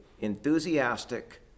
enthusiastic